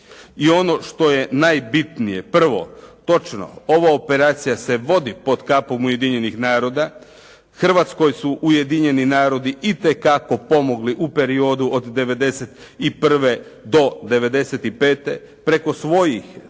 i ono što je najbitnije. Prvo, točno. Ova operacija se vodi pod kapom Ujedinjenih naroda. Hrvatskoj su Ujedinjeni narodi itekako pomogli u periodu od 1991. do 1995. preko svojih